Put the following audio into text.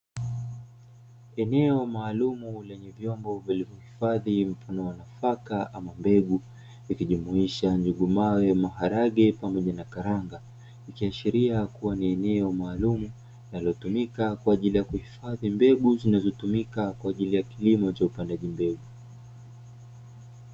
Eneo maalumu lenye vyombo vilivyohifadhi mfano wa nafaka ama mbegu zikijumuisha njugu mawe, maharage pamoja na karanga. Likiashiria kuwa ni eneo maalumu linalotuka kwa ajili ya kuhifadhi mbegu zinazotumika kwa ajili ya kilimo Cha upandaji mbegu.